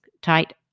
tight